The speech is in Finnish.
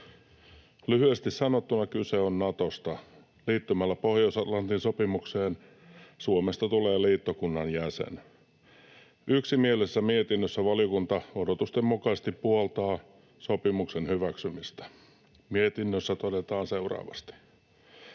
Lyhyesti sanottuna kyse on Natosta. Liittymällä Pohjois-Atlantin sopimukseen Suomesta tulee liittokunnan jäsen. Yksimielisessä mietinnössä valiokunta odotusten mukaisesti puoltaa sopimuksen hyväksymistä. Mietinnössä todetaan seuraavasti: